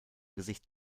gesicht